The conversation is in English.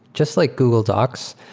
just like google docs,